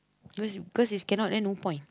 cause you cause is cannot then no point